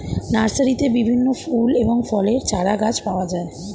নার্সারিতে বিভিন্ন ফুল এবং ফলের চারাগাছ পাওয়া যায়